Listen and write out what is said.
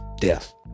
Death